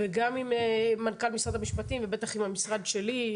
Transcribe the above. וגם עם מנכ"ל משרד המשפטים ובטח עם המשרד שלי,